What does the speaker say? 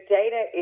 data